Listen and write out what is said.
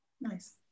Nice